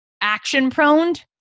action-proned